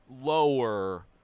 lower